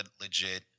legit